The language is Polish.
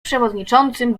przewodniczącym